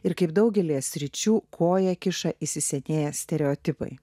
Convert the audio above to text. ir kaip daugelyje sričių koją kiša įsisenėję stereotipai